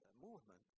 movement